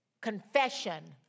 confession